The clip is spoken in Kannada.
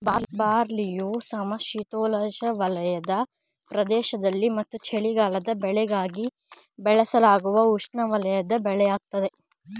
ಬಾರ್ಲಿಯು ಸಮಶೀತೋಷ್ಣವಲಯದ ಪ್ರದೇಶದಲ್ಲಿ ಮತ್ತು ಚಳಿಗಾಲದ ಬೆಳೆಯಾಗಿ ಬೆಳೆಸಲಾಗುವ ಉಷ್ಣವಲಯದ ಬೆಳೆಯಾಗಯ್ತೆ